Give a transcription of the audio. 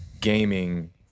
gaming